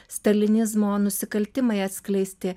stalinizmo nusikaltimai atskleisti